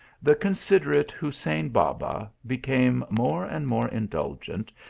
the considerate hussein baba became more and more indulgent,